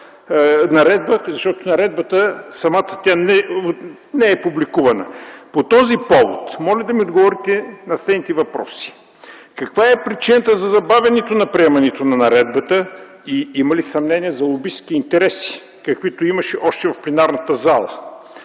наредбата, защото самата наредба не е публикувана. По този повод моля да ми отговорите на следните въпроси: Каква е причината за забавянето на приемането на наредбата и има ли съмнения за лобистки интереси, каквито имаше още в пленарната зала?